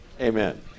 Amen